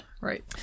right